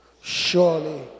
Surely